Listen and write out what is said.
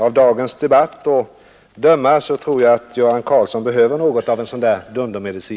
” Av dagens debatt att döma tror jag att herr Karlsson fått något av en sådan dundermedicin.